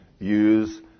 use